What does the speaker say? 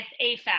AFAB